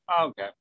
Okay